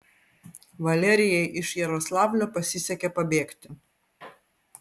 valerijai iš jaroslavlio pasisekė pabėgti